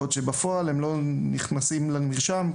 בעוד שבפועל הם לא נכנסים למרשם,